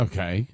Okay